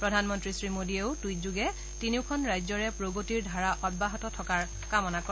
প্ৰধানমন্ত্ৰী শ্ৰীমোদীয়েও টুইটযোগে তিনিওখন ৰাজ্যৰে প্ৰগতিৰ ধাৰা অব্যাহত থকাৰ কামনা কৰে